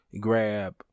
grab